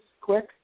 quick